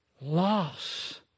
loss